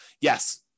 yes